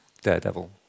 Daredevil